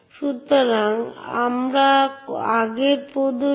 এবং অবশ্যই আমাদের কাছে এই বিশেষ বিষয় রয়েছে যা সুপার ইউজার বা সিস্টেমের মূল